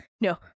No